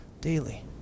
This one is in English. daily